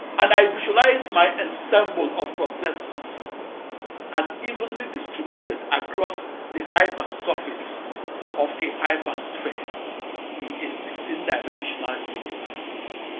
and i visualized my ensemble of processors as evenly distributed across the hypersurface of a hypersphere in a sixteen-dimensional universe.